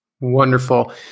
Wonderful